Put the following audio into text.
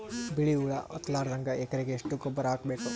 ಬಿಳಿ ಹುಳ ಹತ್ತಲಾರದಂಗ ಎಕರೆಗೆ ಎಷ್ಟು ಗೊಬ್ಬರ ಹಾಕ್ ಬೇಕು?